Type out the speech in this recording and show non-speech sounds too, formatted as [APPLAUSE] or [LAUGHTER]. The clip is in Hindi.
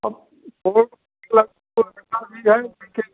अब फोन [UNINTELLIGIBLE] भी है कि